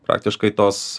praktiškai tos